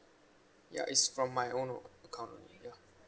ya it's from my own account ya